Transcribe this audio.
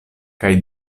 kaj